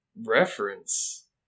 reference